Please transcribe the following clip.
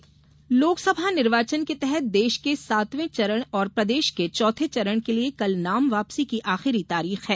नामांकन लोकसभा निर्वाचन के तहत देश के सातवें चरण और प्रदेश के चौथे चरण के लिए कल नाम वापसी की आखिरी तारिख है